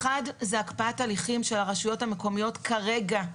האחד, הקפאת הליכים של הרשויות המקומיות כרגע,